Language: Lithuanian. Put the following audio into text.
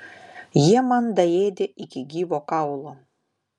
jie man daėdė iki gyvo kaulo